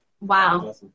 Wow